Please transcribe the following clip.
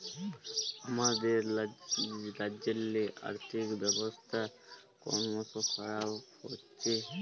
আমাদের রাজ্যেল্লে আথ্থিক ব্যবস্থা করমশ খারাপ হছে